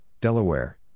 Delaware